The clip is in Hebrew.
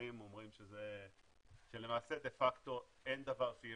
מומחים אומרים שלמעשה דה פקטו אין דבר שיהיה